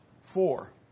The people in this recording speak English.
four